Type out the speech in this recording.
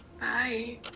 Bye